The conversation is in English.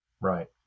Right